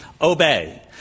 obey